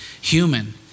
human